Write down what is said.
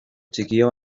txikia